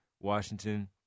Washington